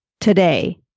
today